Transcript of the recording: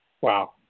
Wow